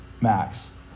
Max